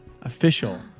official